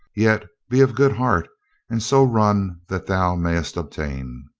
yet be of good heart and so run that thou mayest obtain.